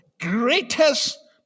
greatest